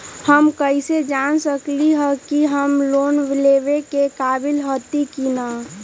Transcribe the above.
हम कईसे जान सकली ह कि हम लोन लेवे के काबिल हती कि न?